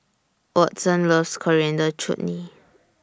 Watson loves Coriander Chutney